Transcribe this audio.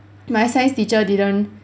my science teacher didn't